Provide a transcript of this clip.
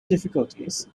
difficulties